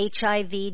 HIV